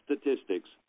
statistics